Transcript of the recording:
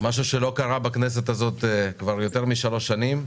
משהו שלא קרה בכנסת הזאת כבר יותר משלוש שנים.